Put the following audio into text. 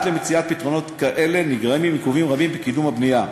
ועד למציאת פתרונות כאלה נגרמים עיכובים רבים בקידום הבנייה.